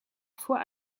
parfois